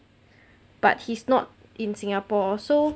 but he's not in singapore so